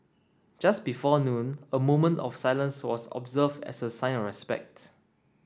just before noon a moment of silence was observed as a sign of respect